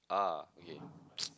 ah okay